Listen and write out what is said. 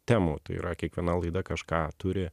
temų tai yra kiekviena laida kažką turi